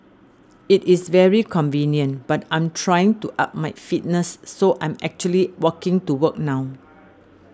it is very convenient but I'm trying to up my fitness so I'm actually walking to work now